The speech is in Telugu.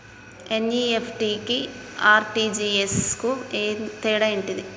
ఎన్.ఇ.ఎఫ్.టి కి ఆర్.టి.జి.ఎస్ కు తేడా ఏంటిది?